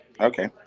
Okay